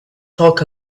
talk